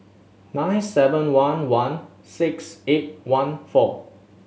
nine seven one one six eight one four